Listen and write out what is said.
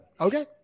Okay